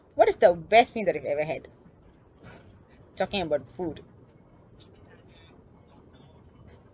what is the best meal that you've ever had talking about food